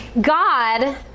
God